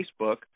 Facebook